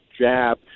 JAB